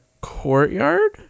courtyard